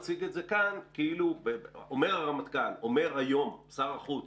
אומר היום שר החוץ,